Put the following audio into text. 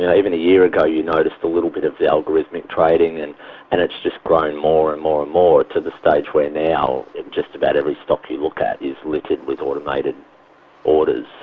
yeah even a year ago you noticed a little bit of the algorithmic trading and and it's just grown more and more and more, to the stage where now just about every stock you look at is littered with with automated orders.